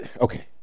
Okay